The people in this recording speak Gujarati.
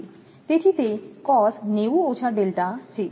તેથી તે □ છે